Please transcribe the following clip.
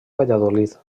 valladolid